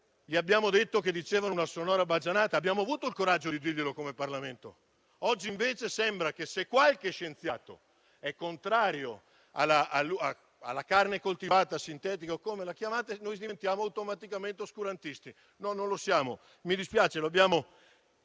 abbiamo risposto che dicevano una sonora baggianata: abbiamo avuto il coraggio di dirglielo, come Parlamento. Oggi invece sembra che, se qualche scienziato è contrario alla carne coltivata, sintetica o come la chiamate, noi diventiamo automaticamente oscurantisti. No, non lo siamo, mi dispiace, lo abbiamo